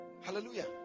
Hallelujah